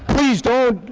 please don't.